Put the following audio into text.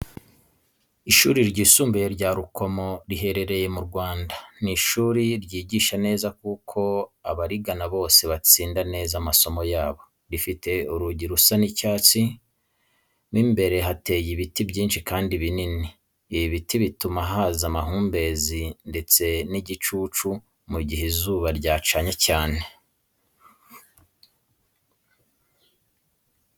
Ishuri ryisumbuye rya rukomo riherereye mu Rwanda, ni ishuri ryigisha neza kuko abarigana bose batsinda neza amasomo yabo. Rifite urugi rusa icyatsi, mo imbere hateye ibiti byinshi kandi binini, ibi biti bituma haza amahumbezi, ndetse n'igicucu mu gihe izuba ryacanye cyane.